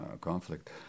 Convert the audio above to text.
conflict